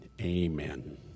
amen